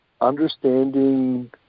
understanding